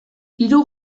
hiru